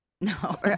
No